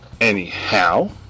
Anyhow